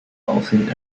aussehen